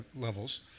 levels